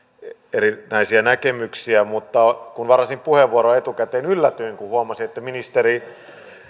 erinäisiä näkemyksiä mutta kun varasin puheenvuoron etukäteen yllätyin kun huomasin että ministeri